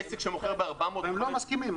האוצר לא מסכים.